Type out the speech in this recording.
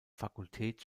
fakultät